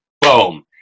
boom